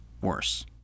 worse